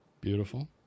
Beautiful